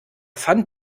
fand